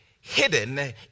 hidden